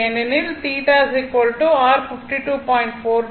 ஏனெனில் θ r 52